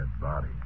body